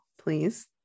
please